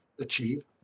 achieve